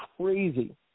crazy